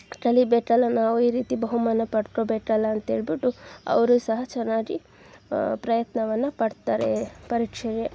ಕಲಿಯಬೇಕಲ್ಲ ನಾವು ಈ ರೀತಿ ಬಹುಮಾನ ಪಡ್ಕೊಬೇಕಲ್ಲ ಅಂತೇಳಿಬಿಟ್ಟು ಅವರೂ ಸಹ ಚೆನ್ನಾಗಿ ಪ್ರಯತ್ನವನ್ನು ಪಡ್ತಾರೆ ಪರೀಕ್ಷೆಗೆ